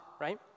right